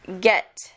get